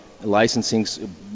licensing